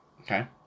Okay